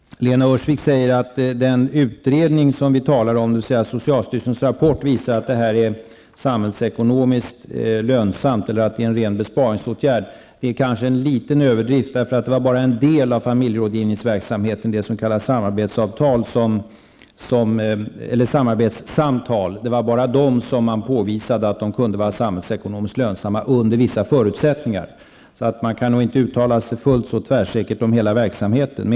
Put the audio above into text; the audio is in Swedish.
Lena Öhrsvik säger att den utredning vi talar om, dvs. socialstyrelsens rapport, visar att detta är samhällsekonomiskt lönsamt eller att det är en ren besparingsåtgärd. Det är kanske en liten överdrift. Det var bara en del av familjerådgivningsverksamheten, det som kallas samarbetssamtal, som påvisades kunna vara samhällsekonomiskt lönsam under vissa förutsättningar. Man kan inte uttala sig fullt så tvärsäkert om hela verksamheten.